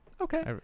Okay